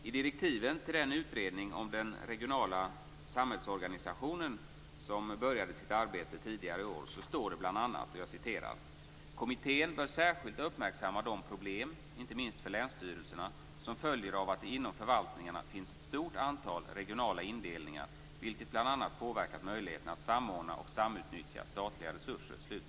I direktiven till den utredning om den regionala samhällsorganisationen som började sitt arbete tidigare i år står det bl.a.: "Kommittén bör särskilt uppmärksamma de problem - inte minst för länsstyrelserna - som följer av att det inom förvaltningarna finns ett stort antal regionala indelningar, vilket bl.a. påverkat möjligheterna att samordna och samutnyttja statliga resurser."